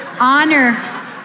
honor